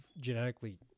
genetically